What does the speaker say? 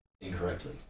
incorrectly